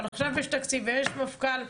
אבל עכשיו יש תקציב ויש מפכ"ל,